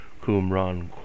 Qumran